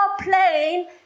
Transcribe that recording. plane